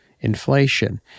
inflation